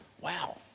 Wow